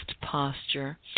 posture